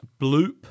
bloop